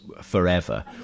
forever